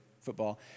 football